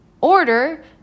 order